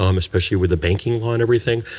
um especially with the banking um and everything.